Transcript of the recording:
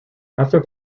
after